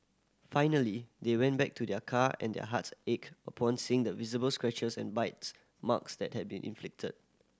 finally they went back to their car and their hearts ached upon seeing the visible scratches and bites marks that had been inflicted